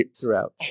throughout